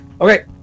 Okay